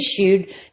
issued